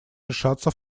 решаться